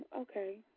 Okay